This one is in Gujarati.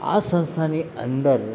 આ સંસ્થાની અંદર